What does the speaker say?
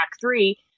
three